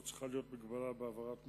לא צריכה להיות מגבלה בהעברת מזון.